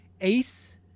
Ace